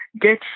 get